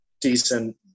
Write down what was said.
decent